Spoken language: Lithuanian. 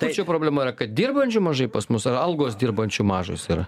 kur čia problema yra kad dirbančių mažai pas mus ar algos dirbančių mažos yra